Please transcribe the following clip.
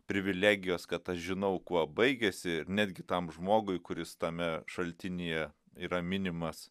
privilegijos kad aš žinau kuo baigėsi ir netgi tam žmogui kuris tame šaltinyje yra minimas